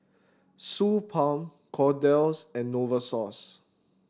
Suu Balm Kordel's and Novosource